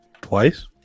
twice